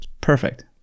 Perfect